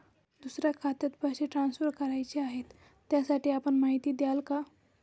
दुसऱ्या खात्यात पैसे ट्रान्सफर करायचे आहेत, त्यासाठी आपण माहिती द्याल का?